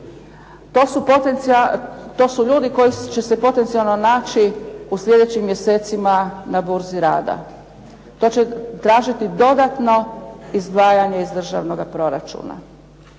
To su ljudi koji će se potencijalno naći u sljedećim mjesecima na burzi rada. To će tražiti dodatno izdvajanje iz državnoga proračuna.